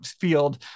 field